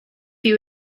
you